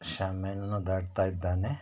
ಶಾಮಿಯಾನಾನೂ ದಾಟ್ತಾ ಇದ್ದಾನೆ